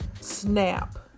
snap